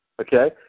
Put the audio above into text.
okay